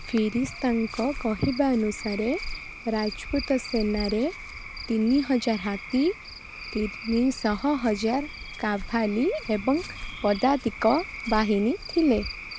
ଫିରିସ୍ତାଙ୍କ କହିବା ଅନୁସାରେ ରାଜପୁତ ସେନାରେ ତିନି ହଜାର ହାତୀ ତିନିଶହ ହଜାର କାଭାଲି ଏବଂ ପଦାତିକ ବାହିନୀ ଥିଲେ